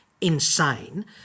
insane